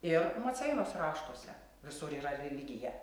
ir maceinos raštuose visur yra religija